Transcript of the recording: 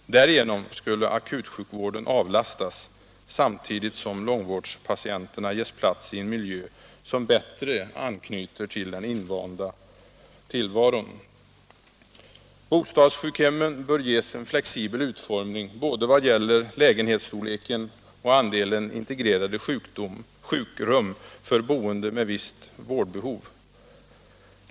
Därigenom skulle akutsjukvården avlastas, samtidigt som långvårdspatienterna ges plats i en miljö som bättre anknyter till den invanda tillvaron. Bostadssjukhemmen bör ges en flexibel utformning vad gäller både lägenhetsstorleken och andelen integrerade sjukrum för boende med visst vårdbehov.